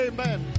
Amen